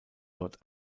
dort